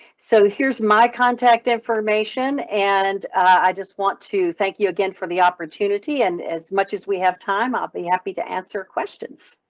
so here's my contact information. and i just want to thank you again for the opportunity and as much as we have time, i'll be happy to answer questions.